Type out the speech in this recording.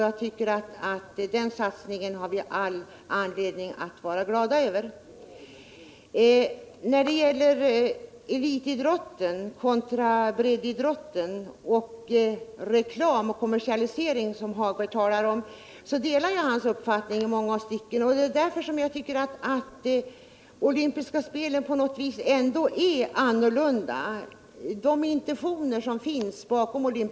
Jag tycker att vi har all anledning att vara glada över den satsningen. När det gäller elitidrotten kontra breddidrouien samt reklam och kommersialisering, vilket Lars-Ove Hagberg talade om, deltar jag hans uppfattning i långa stycken. Men jag tycker att olympiska spel ändå på något sätt är annorlunda med hänsyn till de intentioner som finns bakom dem.